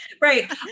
Right